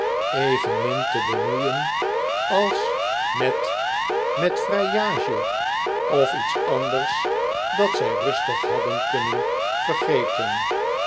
evenmin te bepioeien als met met vrijage of iets anders dat zij rustig hadden kunnen vergeten